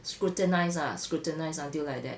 scrutinise ah scrutinise until like that